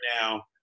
now